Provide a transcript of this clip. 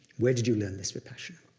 where did you learn this vipassana?